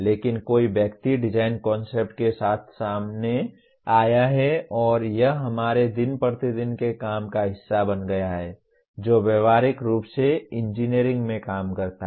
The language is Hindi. लेकिन कोई व्यक्ति डिज़ाइन कन्सेप्ट् के साथ सामने आया है और यह हमारे दिन प्रतिदिन के काम का हिस्सा बन गया है जो व्यावहारिक रूप से इंजीनियरिंग में काम करता है